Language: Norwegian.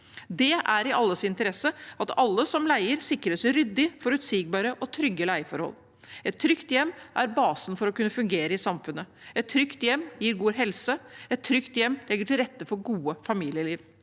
Det er i alles interesse at alle som leier, sikres ryddige, forutsigbare og trygge leieforhold. Et trygt hjem er basen for å kunne fungere i samfunnet. Et trygt hjem gir god helse. Et trygt hjem legger til rette for gode familieliv.